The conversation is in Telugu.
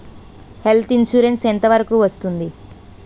హెల్త్ ఇన్సురెన్స్ ఎంత వరకు వస్తుంది?